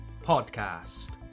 podcast